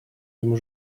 ему